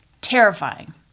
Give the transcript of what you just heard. Terrifying